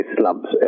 slumps